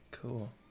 Cool